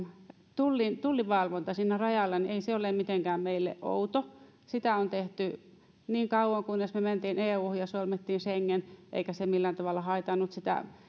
tullin tullin valvonta siinä rajalla ei ole meille mitenkään outoa sitä on tehty niin kauan kunnes me menimme euhun ja solmimme schengenin eikä se millään tavalla haitannut